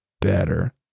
Better